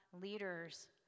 leaders